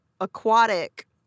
aquatic